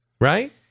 Right